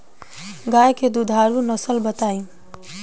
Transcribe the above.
गाय के दुधारू नसल बताई?